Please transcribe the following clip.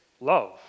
love